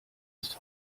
ist